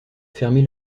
fermer